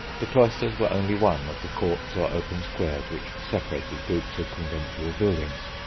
the cloisters were only one of the courts or open squares, which separated groups of conventual buildings.